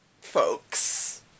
folks